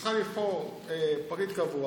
שצריכה לבחור פרקליט קבוע,